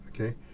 okay